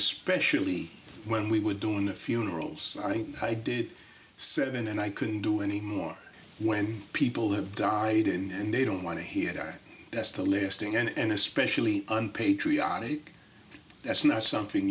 especially when we were doing the funerals i think i did seven and i couldn't do any more when people have died and they don't want to hear that that's the listing and especially unpatriotic that's not something